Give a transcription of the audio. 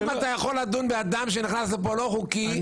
למה אתה יכול לדון באדם שנכנס לפה לא חוקי,